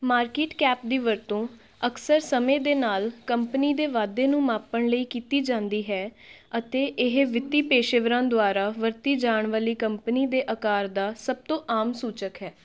market cap ਦੀ ਵਰਤੋਂ ਅਕਸਰ ਸਮੇਂ ਦੇ ਨਾਲ ਕੰਪਨੀ ਦੇ ਵਾਧੇ ਨੂੰ ਮਾਪਣ ਲਈ ਕੀਤੀ ਜਾਂਦੀ ਹੈ ਅਤੇ ਇਹ ਵਿੱਤੀ ਪੇਸ਼ੇਵਰਾਂ ਦੁਆਰਾ ਵਰਤੀ ਜਾਣ ਵਾਲੀ ਕੰਪਨੀ ਦੇ ਆਕਾਰ ਦਾ ਸਭ ਤੋਂ ਆਮ ਸੂਚਕ ਹੈ